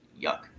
Yuck